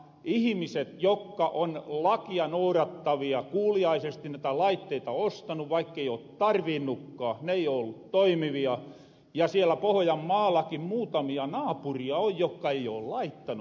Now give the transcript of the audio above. ne ihmiset jokka on lakia nourattavia on kuuliaisesti näitä laitteita ostanu vaikkei oo tarvinnukaan ja ne ei ole ollut toimivia ja siellä pohojanmaallakin muutamia naapuria on jokka ei oo laittanut